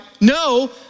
No